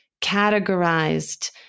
categorized